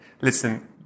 Listen